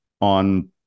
on